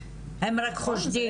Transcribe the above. יודעים, הם רק חושדים.